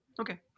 Okay